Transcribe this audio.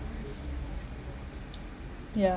yeah